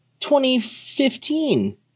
2015